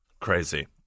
crazy